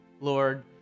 Lord